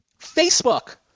Facebook